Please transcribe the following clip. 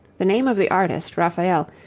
the name of the artist, raphael,